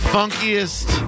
funkiest